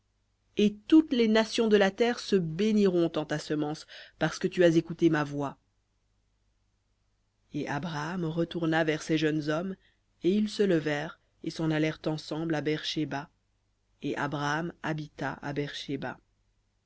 et toutes les nations de la terre se béniront en ta semence parce que tu as écouté ma voix et abraham retourna vers ses jeunes hommes et ils se levèrent et s'en allèrent ensemble à beër shéba et abraham habita à